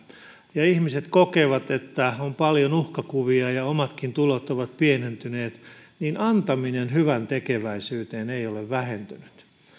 ja ihmiset ovat kokeneet että on paljon uhkakuvia ja omatkin tulot ovat pienentyneet niin antaminen hyväntekeväisyyteen ei ole vähentynyt